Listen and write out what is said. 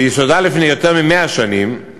עם ייסודה לפני יותר מ-100 שנים,